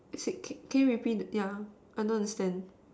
can can you repeat the thing I don't I don't understand